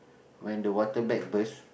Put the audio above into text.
when the water bag burst